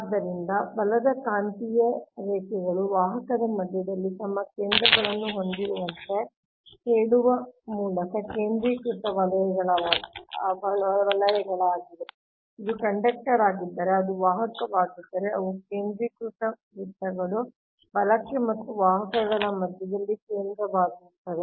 ಆದ್ದರಿಂದ ಬಲದ ಕಾಂತೀಯ ರೇಖೆಗಳು ವಾಹಕದ ಮಧ್ಯದಲ್ಲಿ ತಮ್ಮ ಕೇಂದ್ರಗಳನ್ನು ಹೊಂದಿರುವಂತೆ ಹೇಳುವ ಮೂಲಕ ಕೇಂದ್ರೀಕೃತ ವಲಯಗಳಾಗಿವೆ ಇದು ಕಂಡಕ್ಟರ್ ಆಗಿದ್ದರೆ ಅದು ವಾಹಕವಾಗಿದ್ದರೆ ಅವು ಕೇಂದ್ರೀಕೃತ ವೃತ್ತಗಳು ಬಲಕ್ಕೆ ಮತ್ತು ವಾಹಕಗಳ ಮಧ್ಯದಲ್ಲಿ ಕೇಂದ್ರವಾಗಿರುತ್ತವೆ